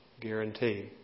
guarantee